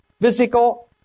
physical